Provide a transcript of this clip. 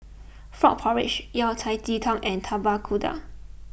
Frog Porridge Yao Cai Ji Tang and Tapak Kuda